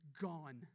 gone